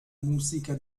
musica